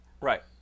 Right